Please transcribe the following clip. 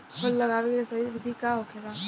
फल लगावे के सही विधि का होखेला?